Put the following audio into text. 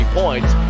points